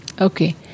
okay